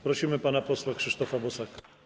Prosimy pana posła Krzysztofa Bosaka.